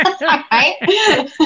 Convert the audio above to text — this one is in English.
right